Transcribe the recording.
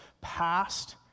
past